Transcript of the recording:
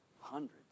hundreds